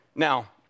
Now